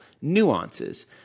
nuances